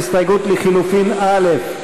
הסתייגות לחלופין א',